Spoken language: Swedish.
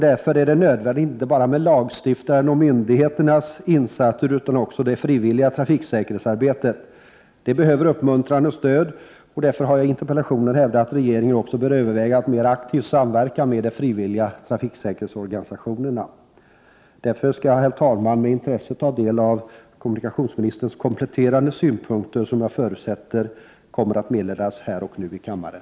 Därför är det nödvändigt inte bara med lagstiftarens och myndigheternas insatser utan också med det frivilliga trafiksäkerhetsarbetet, som behöver uppmuntran och stöd. Jag har i interpellationen hävdat att regeringen också bör överväga en mer aktiv samverkan med de frivilliga trafiksäkerhetsorganisationerna. Därför skall jag, herr talman, med intresse ta del av kommunikationsministerns kompletterande synpunkter, som jag förutsätter kommer att meddelas nu i kammaren.